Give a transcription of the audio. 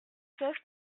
seize